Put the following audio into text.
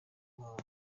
www